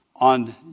on